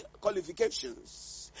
qualifications